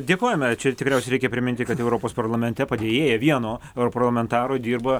dėkojame čia tikriausiai reikia priminti kad europos parlamente padėjėja vieno europarlamentaro dirba